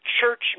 church